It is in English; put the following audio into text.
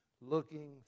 Looking